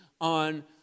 on